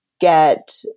get